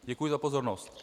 Děkuji za pozornost.